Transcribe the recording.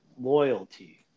loyalty